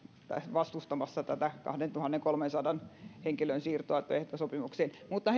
vastustamassa tätä kahdentuhannenkolmensadan henkilön siirtoa työehtosopimukseen mutta